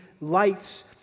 lights